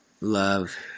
love